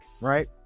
right